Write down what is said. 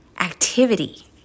activity